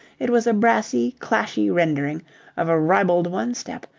it was a brassy, clashy rendering of a ribald one-step,